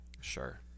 sure